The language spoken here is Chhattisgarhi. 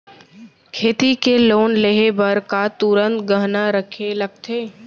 खेती के लोन लेहे बर का तुरंत गहना रखे लगथे?